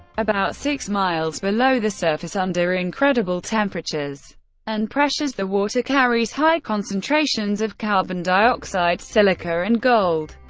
about six miles below the surface, under incredible temperatures and pressures, the water carries high concentrations of carbon dioxide, silica, and gold.